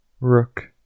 Rook